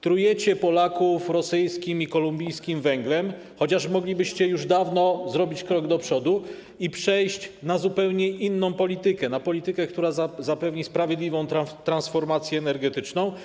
Trujecie Polaków rosyjskim i kolumbijskim węglem, chociaż moglibyście już dawno zrobić krok do przodu i przejść na zupełnie inną politykę, na politykę, która zapewni sprawiedliwą transformację energetyczną.